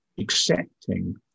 accepting